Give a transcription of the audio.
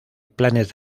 planes